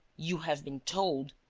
you have been told,